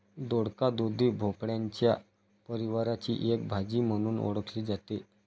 दोडक, दुधी भोपळ्याच्या परिवाराची एक भाजी म्हणून ओळखली जाते